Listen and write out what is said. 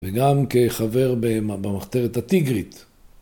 וגם כחבר במחתרת הטיגרית.